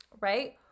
right